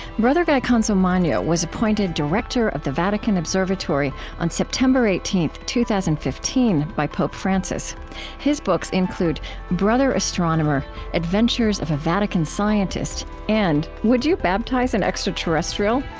brother guy consolmagno was appointed director of the vatican observatory on september eighteen, two thousand and fifteen by pope francis his books include brother astronomer adventures of a vatican scientist and would you baptize an extraterrestrial?